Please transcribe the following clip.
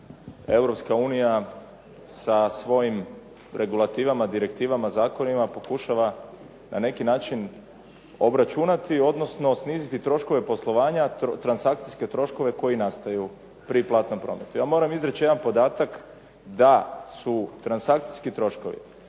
Europska unija sa svojim regulativama, direktivama, zakonima pokušava na neki način obračunati, odnosno sniziti troškove poslovanja, transakcijske troškove koji nastaju pri platnom prometu. Ja moram izreći jedan podatak da su transakcijski troškovi